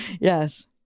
Yes